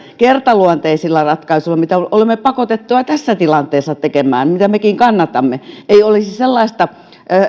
kertaluonteisilla ratkaisuilla mitä olemme pakotettuja tässä tilanteessa tekemään mitä mekin kannatamme ei olisi sellaista